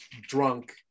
drunk